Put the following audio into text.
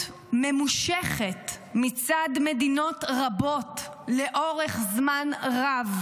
ממושכת מצד מדינות רבות לאורך זמן רב.